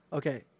Okay